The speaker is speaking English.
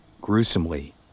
Gruesomely